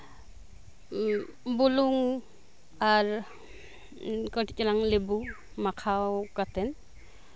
ᱵᱩᱞᱩᱝ ᱟᱨ ᱠᱟᱹᱴᱤᱡ ᱪᱟᱞᱟᱝ ᱞᱮᱵᱩ ᱢᱟᱠᱷᱟᱣ ᱠᱟᱛᱮᱱ